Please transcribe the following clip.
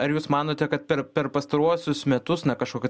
ar jūs manote kad per per pastaruosius metus na kažkokia